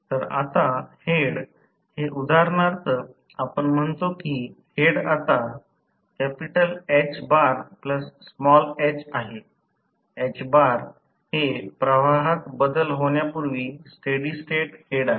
तर आता हेड हे उदाहरणार्थ आपण म्हणतो की हेड आता आहे प्रवाहात बदल होण्यापूर्वी स्टेडी स्टेट हेड आहे